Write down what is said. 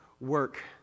work